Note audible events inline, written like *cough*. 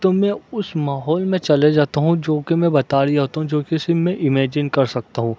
تو میں اس ماحول میں چلے جاتا ہوں جوکہ میں بتا رہا ہوتا ہوں جوکہ *unintelligible* میں امیجن کر سکتا ہوں